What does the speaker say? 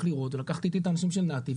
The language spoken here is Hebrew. לראות ולקחתי איתי את האנשים של נת"י,